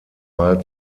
mal